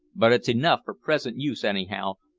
but it's enough for present use anyhow,